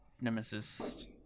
nemesis